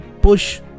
push